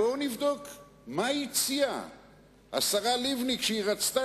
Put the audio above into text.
בואו נבדוק מה הציעה השרה לבני כשהיא רצתה